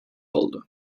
oldu